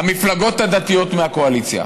המפלגות הדתיות מהקואליציה?